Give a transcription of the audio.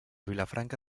vilafranca